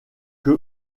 que